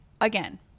again